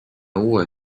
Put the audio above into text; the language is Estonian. uue